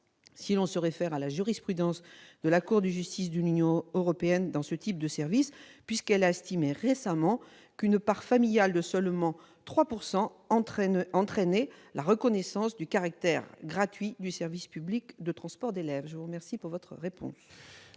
si l'on se réfère à la jurisprudence de la Cour de justice de l'Union européenne pour ce type de services, puisqu'elle a estimé récemment qu'une part familiale de seulement 3 % entraînait la reconnaissance du caractère gratuit du service public de transport d'élèves. La parole est à M. le secrétaire